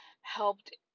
helped